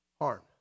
harm